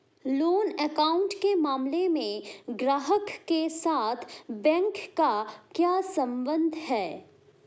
Loan account के मामले में ग्राहक के साथ बैंक का क्या संबंध है?